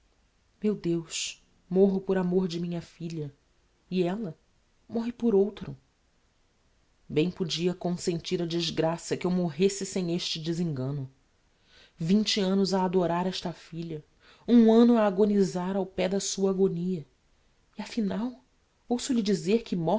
meu deus morro por amor de minha filha e ella morre por outro bem podia consentir a desgraça que eu morresse sem este desengano vinte annos a adorar esta filha um anno a agonisar ao pé da sua agonia e a final ouço lhe dizer que